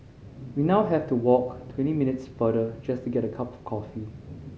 we now have to walk twenty minutes farther just to get a cup of coffee